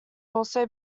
also